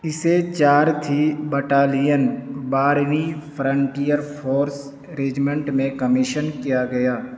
اسے چار تھی بٹالین بارہویں فرنٹیئر فورس رجمنٹ میں کمیشن کیا گیا